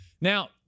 Now